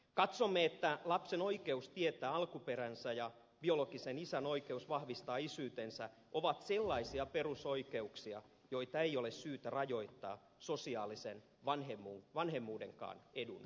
katsomme että lapsen oikeus tietää alkuperänsä ja biologisen isän oikeus vahvistaa isyytensä ovat sellaisia perusoikeuksia joita ei ole syytä rajoittaa sosiaalisen vanhemmuudenkaan edun nimissä